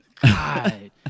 God